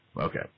okay